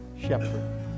shepherd